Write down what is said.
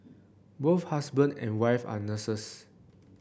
both husband and wife are nurses